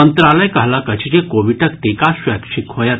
मंत्रालय कहलक अछि जे कोविडक टीका स्वैच्छिक होयत